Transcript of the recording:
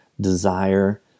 desire